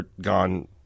gone